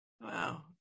Wow